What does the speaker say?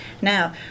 Now